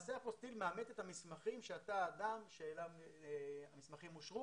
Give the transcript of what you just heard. למעשה האפוסטיל מאמת את המסמכים שאתה האדם אליו המסמכים שייכים.